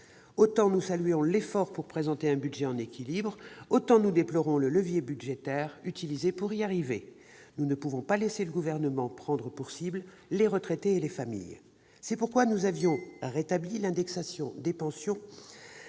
Autant nous saluons l'effort accompli pour présenter un budget en équilibre, autant nous déplorons le levier budgétaire utilisé pour y arriver. Nous ne pouvons pas laisser le Gouvernement prendre pour cibles les retraités et les familles. C'est pourquoi nous avions rétabli l'indexation des pensions,